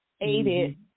aided